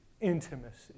Intimacy